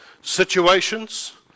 situations